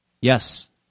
Yes